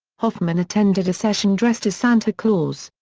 hoffman attended a session dressed as santa claus.